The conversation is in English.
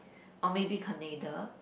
or maybe Canada